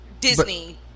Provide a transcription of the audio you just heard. Disney